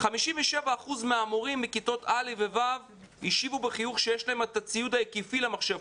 57% מהמורים מכיתות א' ו' השיבו בחיוב שיש להם את הציוד ההיקפי למחשב,